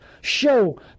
show